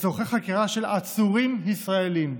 לצורכי חקירה של עצורים ישראלים.